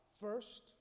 first